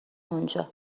اونجا